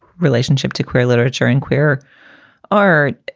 relationship to queer literature and queer art.